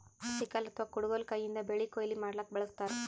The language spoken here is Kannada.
ಸಿಕಲ್ ಅಥವಾ ಕುಡಗೊಲ್ ಕೈಯಿಂದ್ ಬೆಳಿ ಕೊಯ್ಲಿ ಮಾಡ್ಲಕ್ಕ್ ಬಳಸ್ತಾರ್